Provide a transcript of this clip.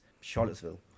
Charlottesville